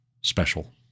special